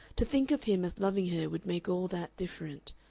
to think of him as loving her would make all that different.